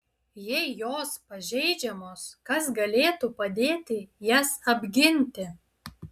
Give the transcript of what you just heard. jei jos pažeidžiamos kas galėtų padėti jas apginti